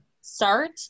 Start